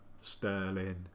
Sterling